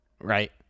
right